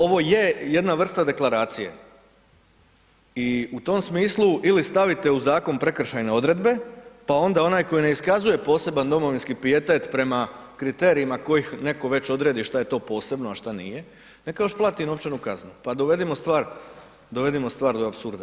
Ovo je neka vrsta deklaracije i u tom smislu ili stavite u zakon prekršajne odredbe pa onda onaj koji ne iskazuje poseban domovinskih pijetet prema kriterijima kojih netko već odredi što je to posebno a šta nije, neka još plati novčanu kaznu, pa dovedimo stvar, dovedimo stvar do apsurda.